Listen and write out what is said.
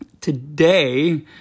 today